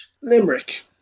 Limerick